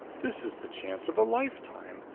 this is the chance of a lifetime.